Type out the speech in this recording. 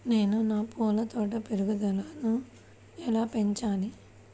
నేను నా పూల తోట పెరుగుదలను ఎలా పెంచాలి?